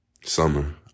Summer